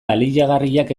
baliagarriak